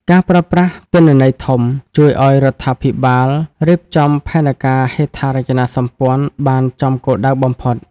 ការប្រើប្រាស់ "ទិន្នន័យធំ" ជួយឱ្យរដ្ឋាភិបាលរៀបចំផែនការហេដ្ឋារចនាសម្ព័ន្ធបានចំគោលដៅបំផុត។